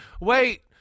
Wait